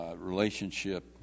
relationship